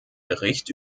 bericht